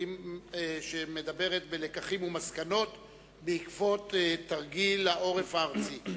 שמדברת על לקחים ומסקנות בעקבות תרגיל העורף הארצי.